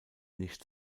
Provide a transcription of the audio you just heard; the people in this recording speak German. nicht